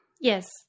Yes